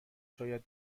شاید